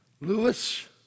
Lewis